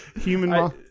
human